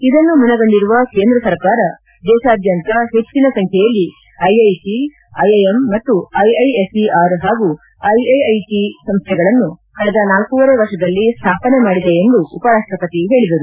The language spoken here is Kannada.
ಅದನ್ನು ಮನಗಂಡಿರುವ ಕೇಂದ್ರ ಸರ್ಕಾರ ದೇಶಾದ್ಯಂತ ಹೆಚ್ಚನ ಸಂಖ್ಯೆಯಲ್ಲಿ ಐಐಟಿ ಐಐಎಂ ಮತ್ತು ಐಐಎಸ್ಇಆರ್ ಹಾಗೂ ಐಐಐಟಿ ಸಂಖ್ಯೆಗಳನ್ನು ಕಳೆದ ನಾಲ್ಕೂವರೆ ವರ್ಷದಲ್ಲಿ ಸ್ಥಾಪನೆ ಮಾಡಿದೆ ಎಂದು ಉಪರಾಷ್ಟಪತಿ ಹೇಳಿದರು